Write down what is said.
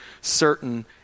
certain